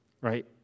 right